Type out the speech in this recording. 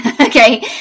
Okay